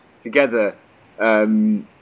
together